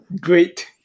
great